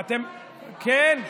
אתם, כן.